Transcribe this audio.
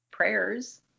Prayers